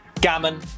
gammon